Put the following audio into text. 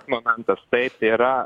momentas taip tai yra